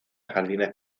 jardines